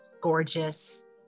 gorgeous